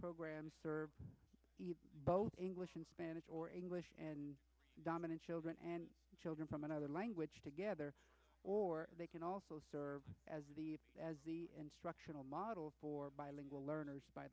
programs are both english and spanish or english and dominant children and children from another language together or they can also serve as the instructional model for bilingual learners by